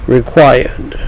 required